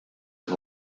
que